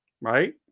right